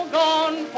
gone